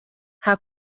how